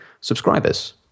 subscribers